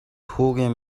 хүүгийн